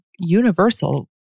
universal